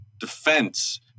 defense